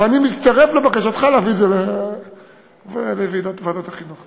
ואני מצטרף לבקשתך להעביר את זה לוועדת החינוך.